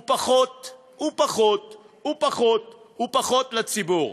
ופחות ופחות ופחות ופחות לציבור,